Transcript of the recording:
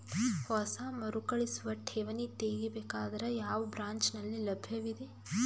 ಹೊಸ ಮರುಕಳಿಸುವ ಠೇವಣಿ ತೇಗಿ ಬೇಕಾದರ ಯಾವ ಬ್ರಾಂಚ್ ನಲ್ಲಿ ಲಭ್ಯವಿದೆ?